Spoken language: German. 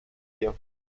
hier